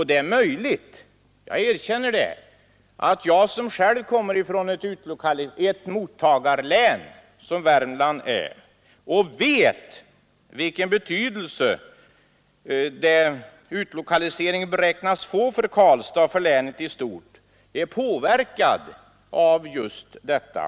Det är möljigt, jag erkänner det, att jag — som själv kommer från ett mottagarlän som Värmland och vet vilken betydelse utlokaliseringen beräknas få för Karlstad och för länet i stort — är påverkad av just detta.